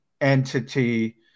entity